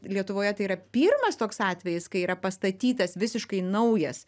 lietuvoje tai yra pirmas toks atvejis kai yra pastatytas visiškai naujas